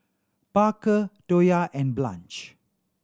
Parker Toya and Blanche